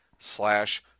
slash